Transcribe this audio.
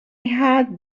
had